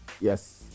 Yes